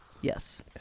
Yes